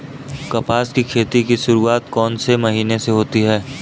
कपास की खेती की शुरुआत कौन से महीने से होती है?